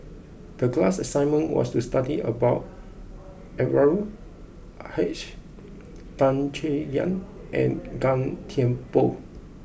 the class assignment was to study about Anwarul Haque Tan Chay Yan and Gan Thiam Poh